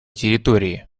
территории